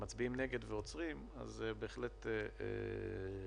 מצביעים נגד ועוצרים זה בהחלט משפיע.